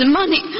money